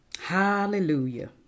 Hallelujah